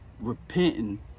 repenting